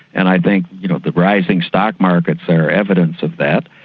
and i think you know the rising stock markets are evidence of that.